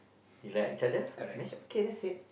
we like each other basic okay that's it